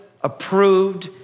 approved